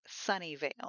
sunnyvale